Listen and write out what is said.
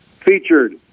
featured